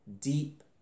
deep